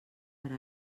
per